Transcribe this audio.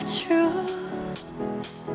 truth